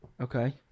Okay